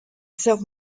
self